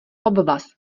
obvaz